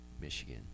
Michigan